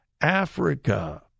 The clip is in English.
Africa